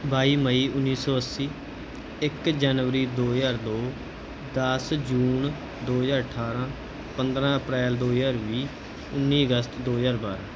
ਬਾਈ ਮਈ ਉੱਨੀ ਸੌ ਅੱਸੀ ਇੱਕ ਜਨਵਰੀ ਦੋ ਹਜ਼ਾਰ ਦੋ ਦਸ ਜੂਨ ਦੋ ਹਜ਼ਾਰ ਅਠਾਰ੍ਹਾਂ ਪੰਦਰ੍ਹਾਂ ਅਪ੍ਰੈਲ ਦੋ ਹਜ਼ਾਰ ਵੀਹ ਉੱਨੀ ਅਗਸਤ ਦੋ ਹਜ਼ਾਰ ਬਾਰ੍ਹਾਂ